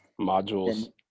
modules